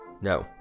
No